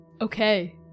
okay